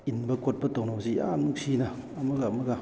ꯏꯟꯕ ꯈꯣꯠꯄ ꯇꯧꯅꯕꯁꯤ ꯌꯥꯝ ꯅꯨꯡꯁꯤꯅ ꯑꯃꯒ ꯑꯃꯒ